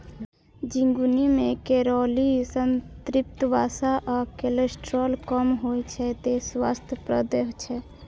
झिंगुनी मे कैलोरी, संतृप्त वसा आ कोलेस्ट्रॉल कम होइ छै, तें स्वास्थ्यप्रद छै